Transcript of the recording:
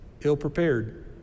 ill-prepared